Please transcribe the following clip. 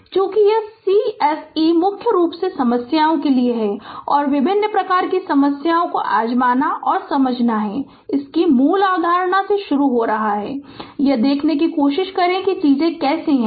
चूंकि यह C c se मुख्य रूप से समस्याओं के लिए है और विभिन्न प्रकार की समस्याओं को आजमाना है और समझना है मूल अवधारणा से शुरू हो रहा है यह देखने की कोशिश करें कि चीजें कैसी हैं